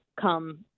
come